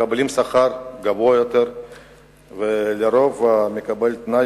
מקבלים שכר גבוה יותר ולרוב מקבלים תנאי